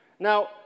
Now